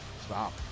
stop